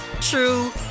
true